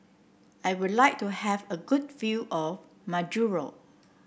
I would like to have a good view of Majuro